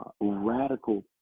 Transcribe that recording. radical